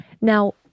now